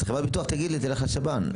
אז חברת הביטוח תגיד לי תלך לשב"ן.